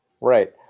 Right